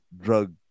drug